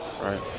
right